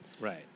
Right